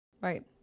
Right